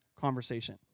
conversation